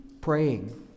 praying